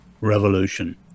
revolution